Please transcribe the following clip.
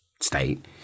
state